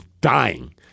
dying